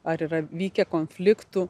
ar yra vykę konfliktų